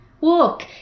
walk